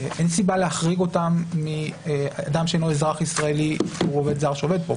אין סיבה להחריג אותם מאדם שאינו אזרח ישראלי או עובד זר שעובד פה.